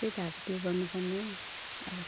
त्यही त अब के गर्नुपर्ने अब